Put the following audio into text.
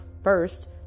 first